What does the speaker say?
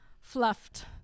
fluffed